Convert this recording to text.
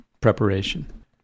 preparation